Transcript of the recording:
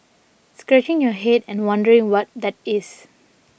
scratching your head and wondering what that is